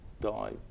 die